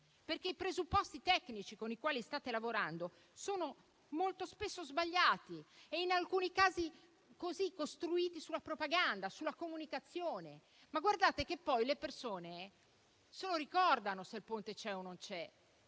perché i presupposti tecnici con i quali state lavorando sono molto spesso sbagliati e, in alcuni casi, costruiti sulla propaganda e sulla comunicazione. Ma guardate che poi le persone se lo ricordano se il ponte c'è o non c'è;